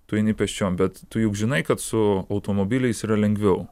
tu eini pėsčiom bet tu juk žinai kad su automobiliais yra lengviau